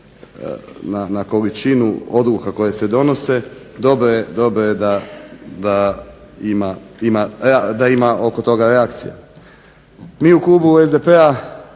na količinu odluka koje se donose dobro je da ima oko toga reakcija. Mi u klubu SDP-a